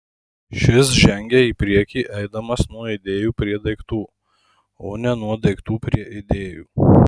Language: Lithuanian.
šis žengia į priekį eidamas nuo idėjų prie daiktų o ne nuo daiktų prie idėjų